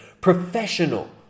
professional